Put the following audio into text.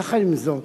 יחד עם זאת,